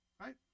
Right